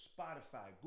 Spotify